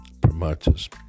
promoters